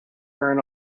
earn